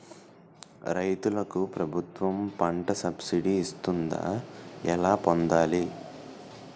రైతులకు ప్రభుత్వం పంట సబ్సిడీ ఇస్తుందా? ఎలా పొందాలి?